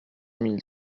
mille